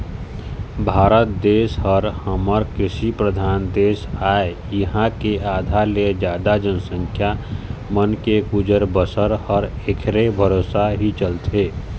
भारत देश ह हमर कृषि परधान देश आय इहाँ के आधा ले जादा जनसंख्या मन के गुजर बसर ह ऐखरे भरोसा ही चलथे